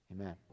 amen